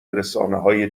رسانههای